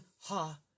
ha